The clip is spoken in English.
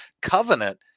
Covenant